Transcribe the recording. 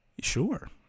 Sure